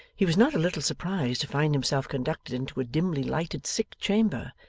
he was not a little surprised to find himself conducted into a dimly-lighted sick chamber,